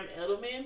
Edelman